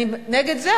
אני נגד זה,